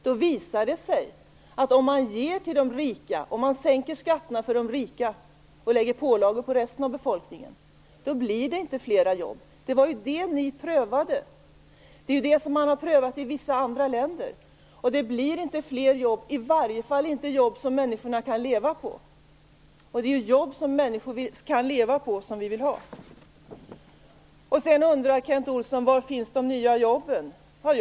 Det visar sig att det inte blir flera jobb om man sänker skatterna för de rika och lägger pålagor på resten av befolkningen. Det var ju det ni prövade. Det är det som man har prövat i vissa andra länder. Det blir inte fler jobb - i varje fall inte jobb som människorna kan leva på. Det är jobb som människor kan leva på som vi vill ha. Kent Olsson undrar var de nya jobben finns.